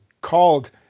called